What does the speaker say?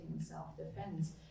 self-defense